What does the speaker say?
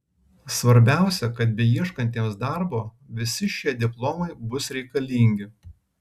svarbiausia kad beieškantiems darbo visi šie diplomai bus reikalingi